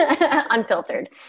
unfiltered